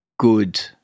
good